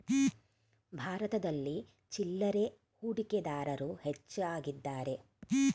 ಭಾರತದಲ್ಲಿ ಚಿಲ್ಲರೆ ಹೂಡಿಕೆದಾರರು ಹೆಚ್ಚಾಗಿದ್ದಾರೆ